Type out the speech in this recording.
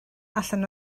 allan